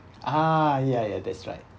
ah ya ya that's right